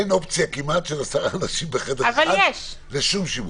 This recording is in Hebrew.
אין כמעט אופציה של 10 אנשים בחדר אחד לשום שימוש.